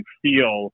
feel